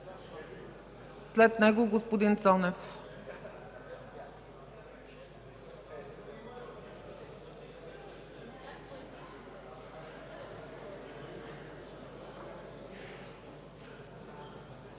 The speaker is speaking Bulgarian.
след него – господин Цонев.